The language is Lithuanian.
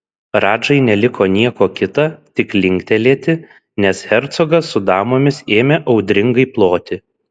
radžai neliko nieko kita tik linktelėti nes hercogas su damomis ėmė audringai ploti